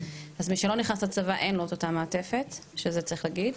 אז מי שלא נכנס לצבא אין לו את אותה מעטפת שזה צריך להגיד,